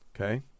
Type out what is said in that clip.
okay